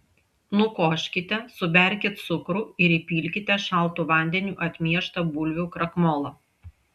nukoškite suberkit cukrų ir įpilkite šaltu vandeniu atmieštą bulvių krakmolą